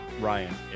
Ryan